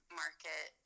market